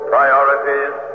Priorities